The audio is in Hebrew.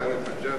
גאלב מג'אדלה,